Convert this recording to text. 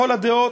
לכל הדעות,